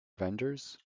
vendors